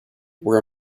were